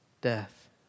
Death